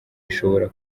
ishobora